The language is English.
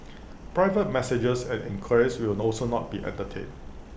private messages and enquiries will also not be entertained